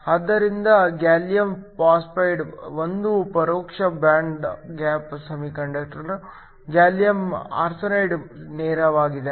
ಆದ್ದರಿಂದ gallium phosphide ಒಂದು ಪರೋಕ್ಷ band gap semiconductor gallium arsenide ನೇರವಾಗಿದೆ